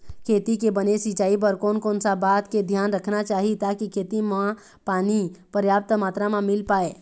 खेती के बने सिचाई बर कोन कौन सा बात के धियान रखना चाही ताकि खेती मा पानी पर्याप्त मात्रा मा मिल पाए?